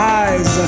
eyes